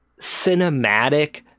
cinematic